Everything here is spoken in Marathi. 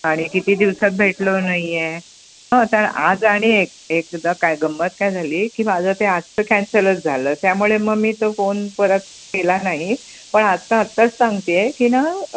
आणि किती दिवसात भेटलेलो नाही आहे हो तर आज आणि एक एकदा काय गंमत काय झाली की माझं ते आजचं कॅन्सलच झालं त्यामुळे मग मी तो फोन परत केला नाही पण आत्ता आत्ताच सांगते आहे की ना